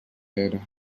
era